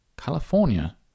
California